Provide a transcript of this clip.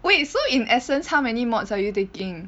wait so in essence how many mods are you taking